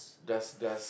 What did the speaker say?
does does